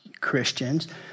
Christians